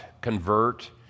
convert